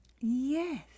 yes